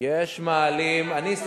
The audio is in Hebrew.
יש מאהלים, רגע.